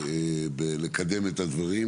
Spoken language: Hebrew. בלקדם את הדברים,